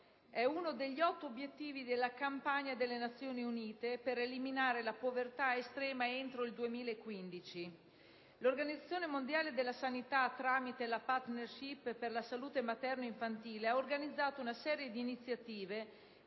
è uno degli otto obiettivi della campagna delle Nazioni Unite per eliminare la povertà estrema entro il 2015. L'Organizzazione mondiale della sanità, tramite la *partnership* per la salute materno-infantile, ha organizzato una serie di iniziative